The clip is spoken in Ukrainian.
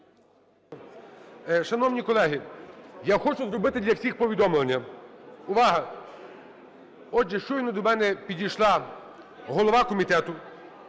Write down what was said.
Шановні колеги, я хочу зробити для всіх повідомлення. Увага! Отже, щойно до мене підійшла голова комітету